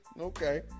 okay